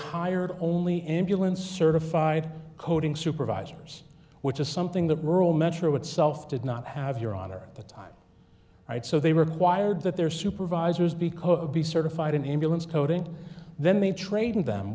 hired only ambulance certified coding supervisors which is something that rural metro itself did not have your honor at the time right so they required that their supervisors be coby certified and ambulance coding then they trained them